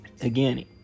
again